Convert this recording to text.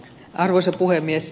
arvoisa puhemies